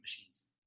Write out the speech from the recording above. machines